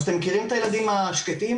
אתם מכירים את הילדים השקטים?